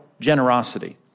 generosity